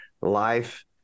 life